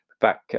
Back